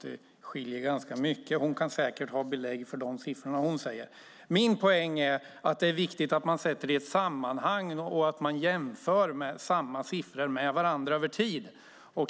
Det skiljer ganska mycket, fast hon säkert kan ha belägg för de siffror hon tar upp. Min poäng är att det är viktigt att man sätter det i ett sammanhang och jämför samma siffror med varandra över tid.